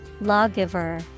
Lawgiver